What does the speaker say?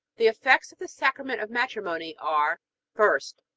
the effects of the sacrament of matrimony are first,